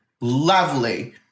Lovely